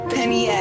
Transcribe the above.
Penny